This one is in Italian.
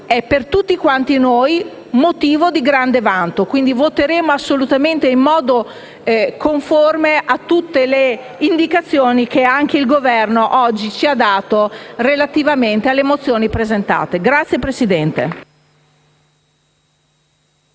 per tutti quanti noi sarebbe motivo di grande vanto. Voteremo assolutamente in modo conforme a tutte le indicazioni che anche il Governo oggi ci ha dato relativamente alle mozioni presentate. *(Applausi